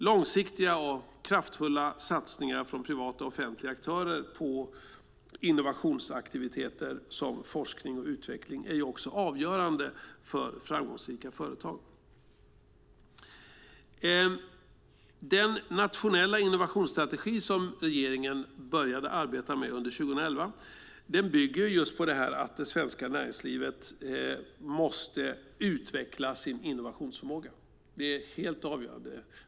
Långsiktiga och kraftfulla satsningar från privata och offentliga aktörer på innovationsaktiviteter som forskning och utveckling är också avgörande för framgångsrika företag. Den nationella innovationsstrategi som regeringen började arbeta med under 2011 bygger just på att det svenska näringslivet måste utveckla sin innovationsförmåga. Det är helt avgörande.